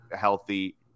healthy